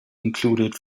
included